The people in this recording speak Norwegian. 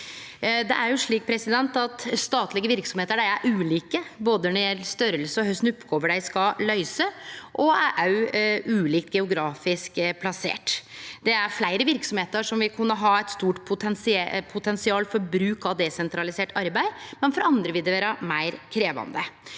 Det er slik at statlege verksemder er ulike når det gjeld både størrelse og kva slags oppgåver dei skal løyse, og dei er ulikt geografisk plasserte. Det er fleire verksemder som vil kunne ha eit stort potensial for bruk av desentralisert arbeid, men for andre vil det vere meir krevjande.